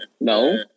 no